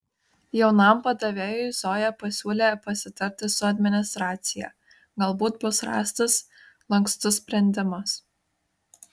jaunam padavėjui zoja pasiūlė pasitarti su administracija galbūt bus rastas lankstus sprendimas